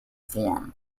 form